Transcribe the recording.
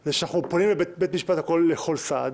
זה שאנחנו פונים לבית משפט לכל סעד.